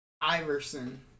Iverson